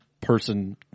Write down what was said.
person